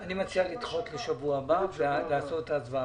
אני מציע לדחות לשבוע הבא ולעשות אז את ההצבעה.